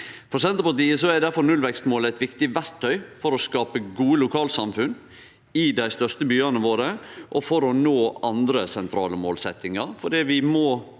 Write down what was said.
For Senterpartiet er difor nullvekstmålet eit viktig verktøy for å skape gode lokalsamfunn i dei største byane våre og for å nå andre sentrale målsetjingar,